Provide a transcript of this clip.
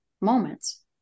moments